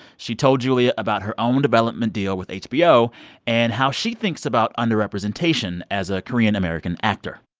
she told julia about her own development deal with hbo and how she thinks about underrepresentation as a korean american actor